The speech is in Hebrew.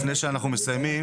לפני שאנחנו מסיימים.